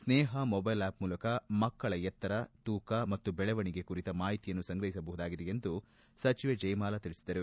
ಸ್ನೇಹ mobile app ಮೂಲಕ ಮಕ್ಕಳ ಎತ್ತರ ತೂಕ ಮತ್ತು ಬೆಳವಣಿಗೆ ಕುರಿತ ಮಾಹಿತಿಯನ್ನು ಸಂಗ್ರಹಿಸಬಹುದಾಗಿದೆ ಎಂದು ಸಚೆವೆ ಜಯಮಾಲ ತಿಳಿಸಿದರು